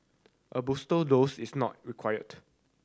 a booster dose is not required